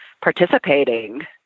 participating